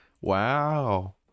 Wow